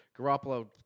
Garoppolo